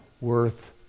worth